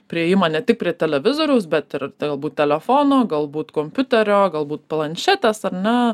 priėjimą ne tik prie televizoriaus bet ir galbūt telefono galbūt kompiuterio galbūt planšetės ar ne